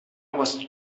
was